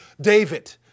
David